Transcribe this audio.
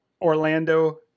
Orlando